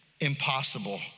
Impossible